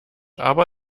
aber